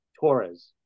Torres